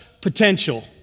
potential